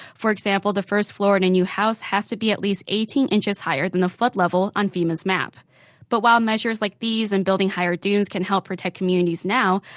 for example, the first floor in a and new house has to be at least eighteen inches higher than the flood level on fema's map but while measures like these and building higher dunes can help protect communities now,